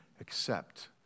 Accept